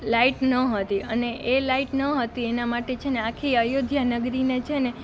light ન હતી અને એ લાઇટ ન હતી એના માટે છે ને આખી અયોધ્યા નગરીને છે ને